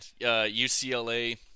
UCLA